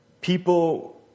People